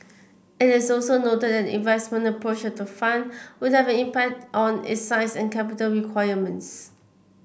it is also noted that the investment approach of the fund would have an impact on its size and capital requirements